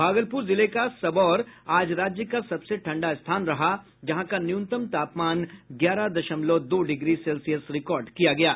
भागलपुर जिले का सबौर आज राज्य का सबसे ठंडा स्थान रहा जहां का न्यूनतम तापमान ग्यारह दशमलव दो डिग्री सेल्सियस रिकार्ड की गयी